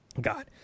God